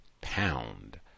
pound